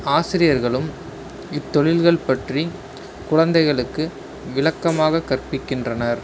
ஆசிரியர்களும் இத்தொழில்கள் பற்றி குழந்தைகளுக்கு விளக்கமாகக் கற்பிக்கின்றனர்